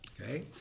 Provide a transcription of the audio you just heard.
okay